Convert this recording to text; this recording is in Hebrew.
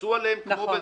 לחצו עליהם.